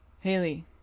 Haley